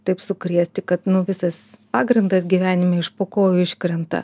taip sukrėsti kad nu visas pagrindas gyvenime iš po kojų iškrenta